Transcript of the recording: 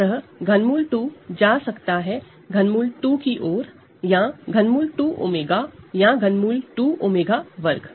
अतः ∛ 2 जा सकता है ∛ 2 की ओर या ∛ 2 𝜔 या ∛ 2 𝜔2 की ओर